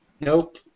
Nope